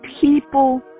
people